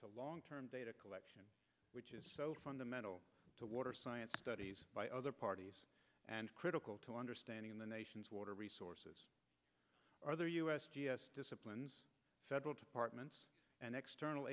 to long term data collection which is fundamental to water science studies by other parties and critical to understanding the nation's water resources other u s disciplines federal departments and external